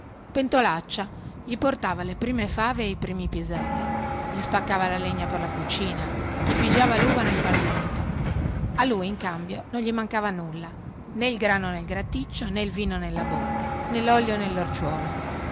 notaio pentolaccia gli portava le prime fave e i primi piselli gli spaccava la legna per la cucina gli pigiava luva nel palmento a lui in cambio non gli mancava nulla nè il grano nel graticcio nè il vino nella botte nè lolio